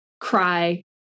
cry